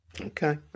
Okay